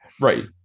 Right